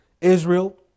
Israel